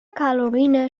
caroline